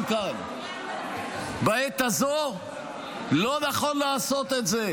כאן, בעת הזו לא נכון לעשות את זה,